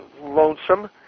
lonesome